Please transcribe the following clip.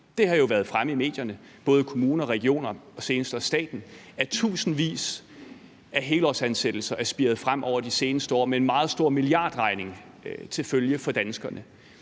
Det har jo været fremme i medierne i forhold til både kommuner og regioner og senest også staten, at tusindvis af helårsansættelser er spiret frem over de seneste år med en meget stor milliardregning for danskerne